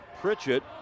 Pritchett